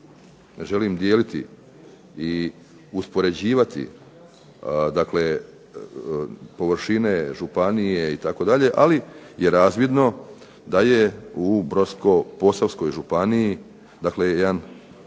želim dijeliti i uspoređivati površine županije itd. ali je razvidno da je u Brodsko-posavskoj županiji jedan